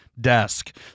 desk